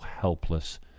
helpless